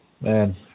Man